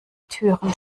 türen